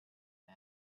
bad